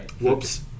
Whoops